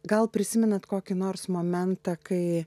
gal prisimenat kokį nors momentą kai